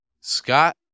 Scott